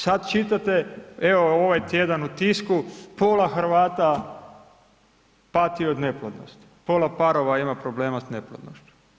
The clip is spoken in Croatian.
Sad čitate, evo ovaj tjedan u Tisku, pola Hrvata pati od neplodnosti, pola parova ima problema s neplodnošću.